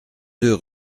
deux